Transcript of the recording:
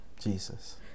Jesus